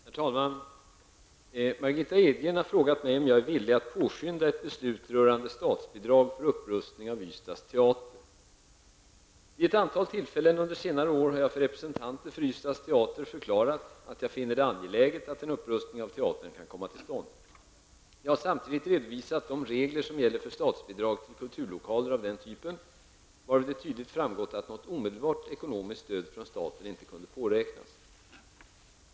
Herr talman! Margitta Edgren har frågat mig om jag är villig att påskynda ett beslut rörande statsbidrag för upprustning av Ystads teater. Vid ett antal tillfällen under senare år har jag för representanter för Ystads teater förklarat att jag finner det angeläget att en upprustning av teatern kan komma till stånd. Jag har samtidigt redovisat de regler som gäller för statsbidrag till kulturlokaler av denna typ, varvid det tydligt framgått att något omedelbart ekonomiskt stöd från staten inte kunde påräknas.